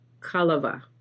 kalava